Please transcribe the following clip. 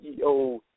CEO